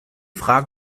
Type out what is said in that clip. frage